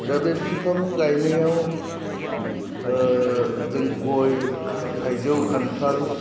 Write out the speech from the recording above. दा बे बिफां गायनायाव ओह जों गय थाइजौ खान्थाल